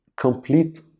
complete